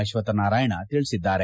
ಅಶ್ವತ್ ನಾರಾಯಣ ತಿಳಿಸಿದ್ದಾರೆ